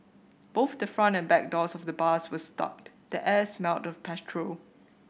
both the front and back doors of the bus were stuck the air smelled of petrol